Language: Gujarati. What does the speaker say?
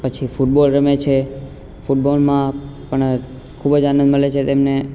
પછી ફૂટબોલ રમે છે ફૂટબોલમાં પણ ખૂબ જ આનંદ મળે છે તેમને